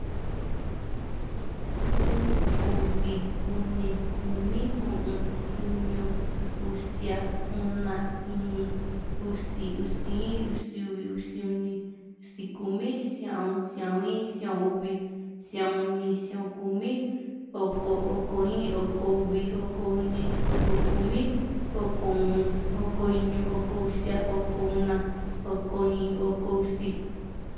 in, uvi, uni, kumi, u´un, iñu, usia, una, íín, usi, usi in, usi uvi, usi uni, usi kumi, sia´un, sia´un in, sia´un uvi, sia´un uni, sia´un kumi, oko, oko in, oko uvi, oko uni, oko kumi, oko u´un, oko iñu, oko usia, oko una, oko íín, oko usi